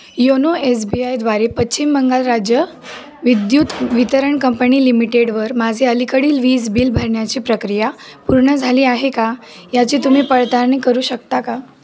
YONO S B आयद्वारे पश्चिम बंगाल राज्य विद्युत वितरण कंपनी लिमिटेडवर माझे अलीकडील वीज बिल भरण्याची प्रक्रिया पूर्ण झाली आहे का याची तुम्ही पडताळणी करू शकता का